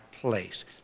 place